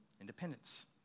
independence